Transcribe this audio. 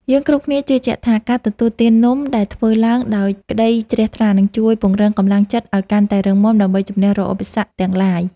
យើងគ្រប់គ្នាជឿជាក់ថាការទទួលទាននំដែលធ្វើឡើងដោយក្ដីជ្រះថ្លានឹងជួយពង្រឹងកម្លាំងចិត្តឱ្យកាន់តែរឹងមាំដើម្បីជម្នះរាល់ឧបសគ្គទាំងឡាយ។